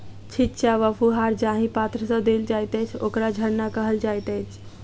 छिच्चा वा फुहार जाहि पात्र सँ देल जाइत अछि, ओकरा झरना कहल जाइत अछि